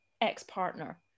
ex-partner